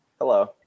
hello